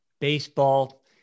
Baseball